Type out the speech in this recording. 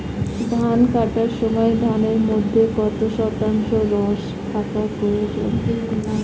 ধান কাটার সময় ধানের মধ্যে কত শতাংশ রস থাকা প্রয়োজন?